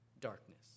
darkness